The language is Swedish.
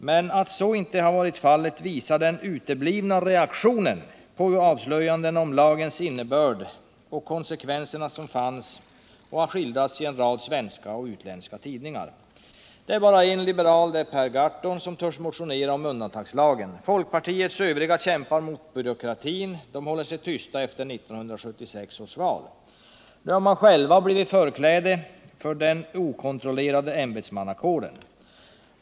Men att så inte varit fallet visar den uteblivna reaktionen på avslöjandena om lagens innebörd och konsekvenser, vilka skildrats i en rad svenska och utländska tidningar. Det är bara en liberal, Per Gahrton, som törs motionera om undantagslagen. Folkpartiets övriga kämpar mot byråkratin håller sig tysta efter 1976 års val. Nu har de själva blivit förkläde för den okontrollerade ämbetsmannakåren.